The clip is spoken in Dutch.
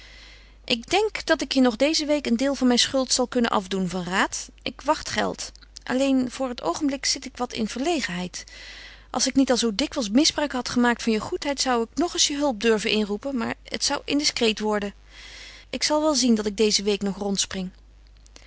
ik denk dat ik je nog deze week een deel van mijn schuld zal kunnen afdoen van raat ik wacht geld alleen voor het oogenblik zit ik wat in verlegenheid als ik niet al zoo dikwijls misbruik had gemaakt van je goedheid zou ik nog eens je hulp durven inroepen maar het zou indiscreet worden ik zal wel zien dat ik deze week nog